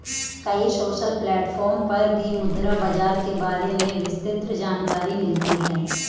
कई social platform पर भी मुद्रा बाजार के बारे में विस्तृत जानकरी मिलती है